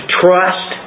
trust